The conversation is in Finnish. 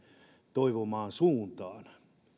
toivomaan suuntaan